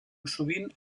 sovint